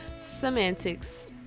semantics